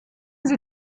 sie